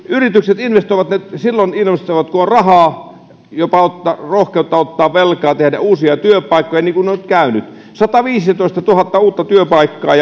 yritykset investoivat silloin kun on rahaa ja jopa on rohkeutta ottaa velkaa ja tehdä uusia työpaikkoja niin kuin on nyt käynyt sataviisitoistatuhatta uutta työpaikkaa